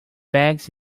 bags